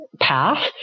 path